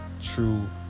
true